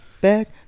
Back